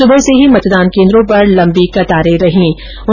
सुबह से ही मतदान केन्द्रों पर लम्बी कतारे लग गयी